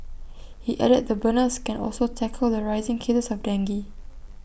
he added the burners can also tackle the rising cases of dengue